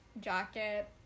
jacket